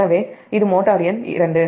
எனவே இது மோட்டார் எண் 2